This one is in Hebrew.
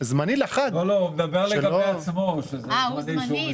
לא, הוא מדבר לגבי עצמו --- אה, הוא זמני?